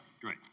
Great